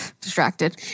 distracted